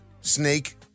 snake-